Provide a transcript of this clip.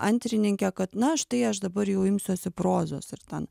antrininkę kad na štai aš dabar jau imsiuosi prozos ir ten